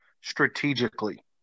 strategically